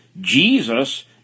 Jesus